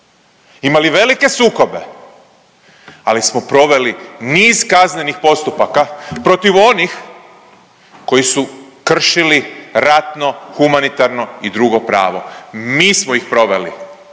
imali velike sukobe ali smo proveli niz kaznenih postupaka protiv onih koji su kršili ratno, humanitarno i drugo pravo. Mi smo ih proveli,